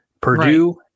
Purdue